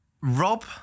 Rob